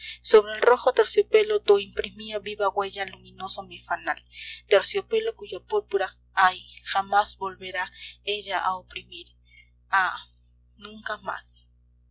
sobre el rojo terciopelo do imprimía viva huella luminoso mi fanal terciopelo cuya púrpura ay jamás volverá ella a oprimir ah nunca más